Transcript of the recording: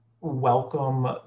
welcome